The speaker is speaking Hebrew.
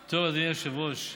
היושב-ראש,